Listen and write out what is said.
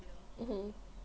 mmhmm